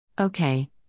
Okay